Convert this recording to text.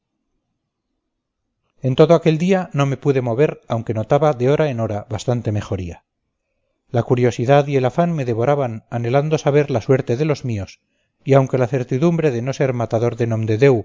en todo aquel día no me pude mover aunque notaba de hora en hora bastante mejoría la curiosidad y el afán me devoraban anhelando saber la suerte de los míos y aunque la certidumbre de no ser matador de